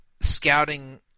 scouting